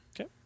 Okay